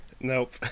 Nope